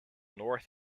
north